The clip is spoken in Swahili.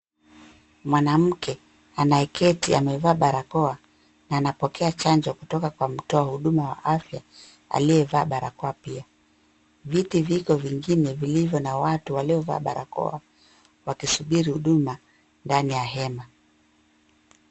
Mwanamke anayeketi amevaa barakoa na anapokea chanjo kutoka kwa mtu wa huduma wa afya aliyevaa barakoa pia. Viti viko vengine vilivyo na watu waliovaa barakoa wakisubiri huduma ndani ya hema.